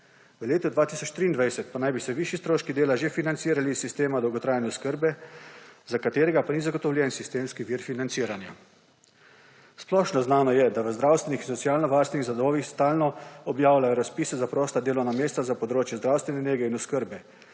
V letu 2023 pa naj bi se višji stroški dela že financirali iz sistema dolgotrajne oskrbe za katerega pa ni zagotovljen sistemski vir financiranja. Splošno znano je, da v zdravstvenih in socialno varstvenih zavodih stalno objavljajo razpise za prosta delovna mesta za področje zdravstvene nege in oskrbe.